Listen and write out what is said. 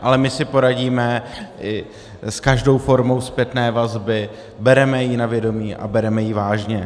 Ale my si poradíme s každou formou zpětné vazby, bereme ji na vědomí a bereme ji vážně.